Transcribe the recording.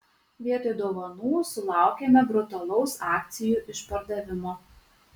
vietoj dovanų sulaukėme brutalaus akcijų išpardavimo